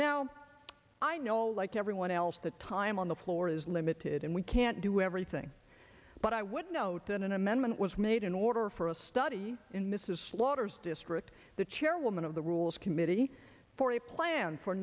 now i know like everyone else the time on the floor is limited and we can't do everything but i would note that an amendment was made in order for a study in mrs slaughter's district the chairwoman of the rules committee for a plan for